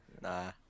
Nah